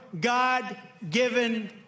God-given